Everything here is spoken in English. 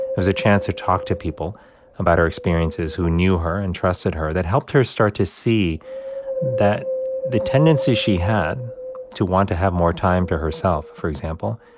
it was a chance to talk to people about her experiences who knew her and trusted her that helped her start to see that the tendency she had to want to have more time for herself, for example,